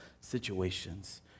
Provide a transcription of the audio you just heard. situations